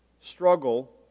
struggle